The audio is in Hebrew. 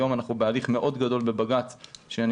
היום אנחנו בהליך מאוד גדול בבג"ץ שאני